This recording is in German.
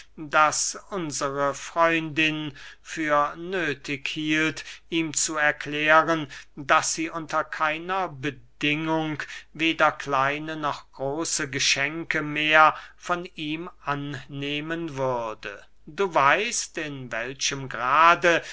daß unsre freundin für nöthig hielt ihm zu erklären daß sie unter keiner bedingung weder kleine noch große geschenke mehr von ihm annehmen würde du weißt in welchem grade